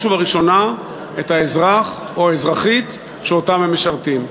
ובראשונה את האזרח או האזרחית שאותם הם משרתים.